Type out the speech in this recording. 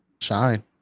shine